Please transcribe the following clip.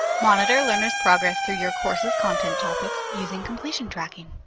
monitor learners progress through your course's content topics using completion tracking.